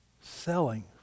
Selling